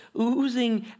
oozing